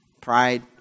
pride